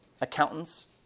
Accountants